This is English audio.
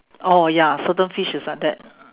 oh ya certain fish is like that